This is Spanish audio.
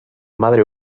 madre